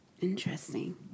interesting